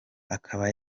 akaba